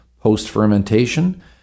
post-fermentation